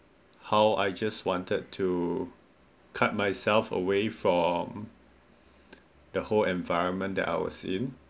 how I just wanted to cut myself away from the whole environment that I was in